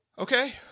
Okay